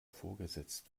vorgesetzt